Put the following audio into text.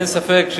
אין ספק,